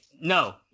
no